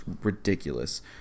ridiculous